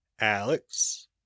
Alex